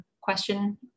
question